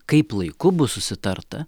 kaip laiku bus susitarta